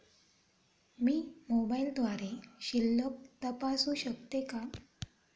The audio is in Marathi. मी मोबाइलद्वारे शिल्लक तपासू शकते का?